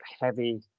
heavy